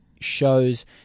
shows